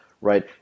right